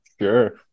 Sure